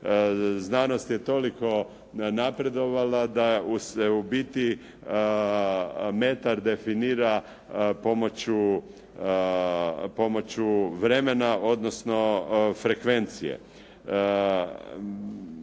znanost je toliko napredovala da se u biti metar definira pomoću vremena, odnosno frekvencije.